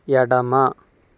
ఎడమ